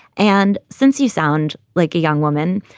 and since you sound like a young woman,